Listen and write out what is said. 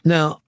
Now